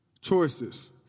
choices